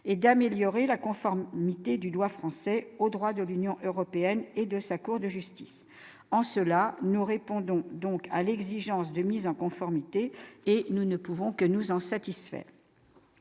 et d'améliorer la conforme du doigt français au droit de l'Union européenne et de sa cour de justice, en cela, nous répondons donc à l'exigence de mise en conformité et nous ne pouvons que nous en satisfaire